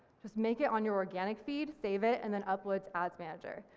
just make it on your organic feed, save it and then uploads ads manager.